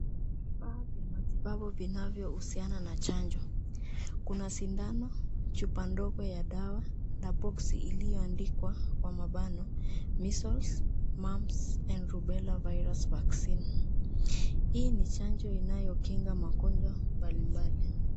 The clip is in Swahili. Vifaa vya matibabu vinavyohusiana na chanjo kuna sindano , chupa ndogo ya dawa na boksi iliyoandikwa kwa mabano measles , mumps and rubella virus vaccine . Hii ni chanjo inayokinga magonjwa mbalimbali.